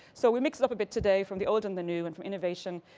so we'll mix it up a bit today, from the old and the new, and for innovation,